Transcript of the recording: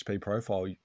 profile